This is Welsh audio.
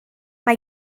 mae